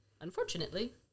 Unfortunately